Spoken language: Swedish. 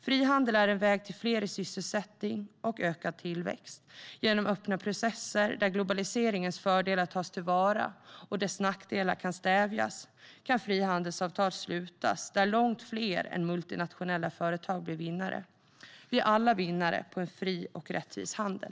Frihandel är en väg till fler i sysselsättning och ökad tillväxt. Genom öppna processer, där globaliseringens fördelar tas till vara och dess nackdelar kan stävjas, kan frihandelsavtal slutas där långt fler än multinationella företag blir vinnare. Vi är alla vinnare på en fri och rättvis handel.